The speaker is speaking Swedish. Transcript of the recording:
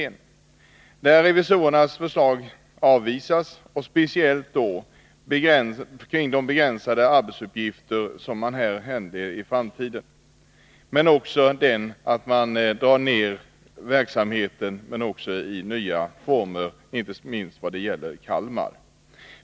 I den avvisas revisorernas förslag och speciellt då de begränsade arbetsuppgifter som man här föreslår för framtiden. Vidare kritiseras att man drar ned verksamheten men också de nya former för verksamheten som föreslås, inte minst när det gäller Kalmar.